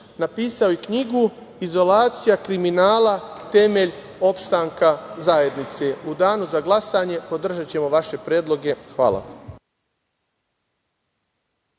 napisao i knjigu „Izolacija kriminala – temelj opstanka zajednice“. U danu za glasanje podržaćemo vaše predloge.